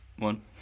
One